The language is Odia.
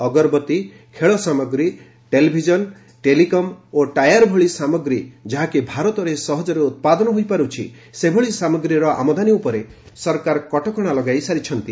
ଅଗରବତି ଖେଳ ସାମଗ୍ରୀ ଟେଲିଭିଜନ୍ ଟେଲିକମ୍ ଓ ଟାୟାର୍ ଭଳି ସାମଗ୍ରୀ ଯାହାକି ଭାରତରେ ସହଜରେ ଉତ୍ପାଦନ ହୋଇପାରୁଛି ସେଭଳି ସାମଗ୍ରୀର ଆମଦାନୀ ଉପରେ ସରକାର କଟକଣା ଲଗାଇ ସାରିଛନ୍ତି